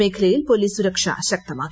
മേഖലയിൽ പോലീസ് സുരക്ഷ ശക്തമാക്കി